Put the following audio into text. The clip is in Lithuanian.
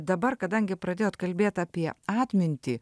dabar kadangi pradėjot kalbėt apie atmintį